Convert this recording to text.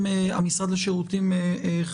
משרד העבודה, הרווחה והשירותים החברתיים,